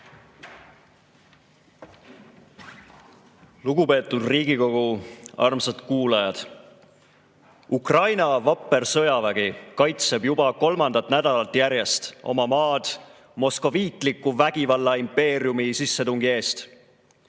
Lugupeetud Riigikogu! Armsad kuulajad! Ukraina vapper sõjavägi kaitseb juba kolmandat nädalat järjest oma maad moskoviitliku vägivallaimpeeriumi sissetungi eest.